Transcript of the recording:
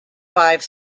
five